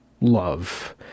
love